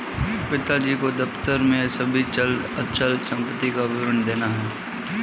पिताजी को दफ्तर में सभी चल अचल संपत्ति का विवरण देना है